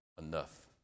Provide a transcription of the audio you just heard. enough